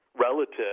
relative